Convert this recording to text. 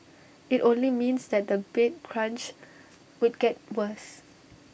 IT only means that the bed crunch would get worse